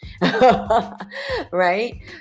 right